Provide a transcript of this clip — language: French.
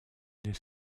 des